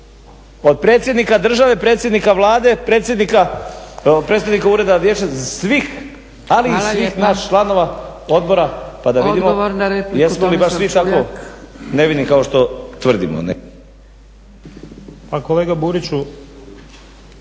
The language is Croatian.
od predsjednika države, predsjednika Vlade, predstojnika Ureda vijeća sigurnosti, svih ali i svih nas članova odbora pa da vidimo jesmo li baš svi tako nevini kao što tvrdimo. **Zgrebec,